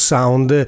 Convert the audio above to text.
Sound